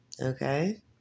okay